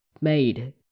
made